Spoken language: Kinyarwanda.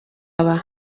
aba